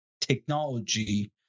technology